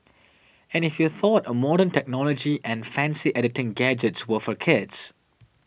and if you thought a modern technology and fancy editing gadgets were for kids